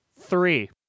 three